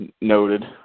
Noted